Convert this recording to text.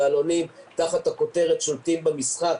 בעלונים תחת הכותרת "שולטים במשחק",